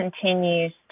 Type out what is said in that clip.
continues